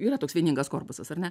yra toks vieningas korpusas ar ne